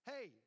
Hey